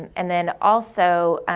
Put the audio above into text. and then also,